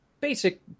basic